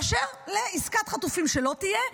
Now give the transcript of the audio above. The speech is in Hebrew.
באשר לעסקת חטופים שלא תהיה,